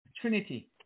Trinity